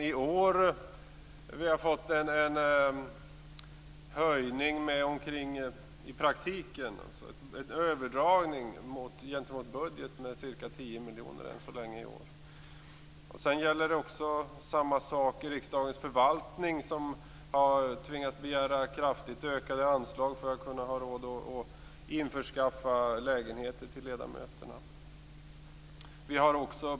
I år har det i praktiken blivit ett överdrag gentemot budgeten med 10 miljoner kronor. Samma sak gäller riksdagens förvaltning som har tvingats begära kraftigt ökade anslag för att kunna ha råd att införskaffa lägenheter till ledamöterna.